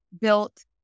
built